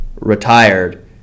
retired